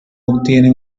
obtiene